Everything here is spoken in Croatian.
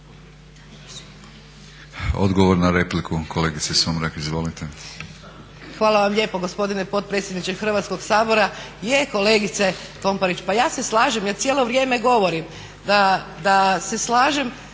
Odgovor na repliku, kolegice Sumrak izvolite.